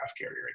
carrier